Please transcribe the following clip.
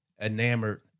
enamored